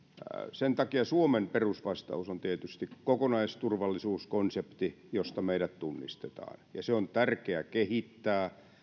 sen takia suomen perusvastaus on tietysti kokonaisturvallisuuskonsepti josta meidät tunnistetaan ja sitä on tärkeää kehittää